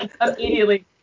immediately